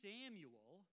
Samuel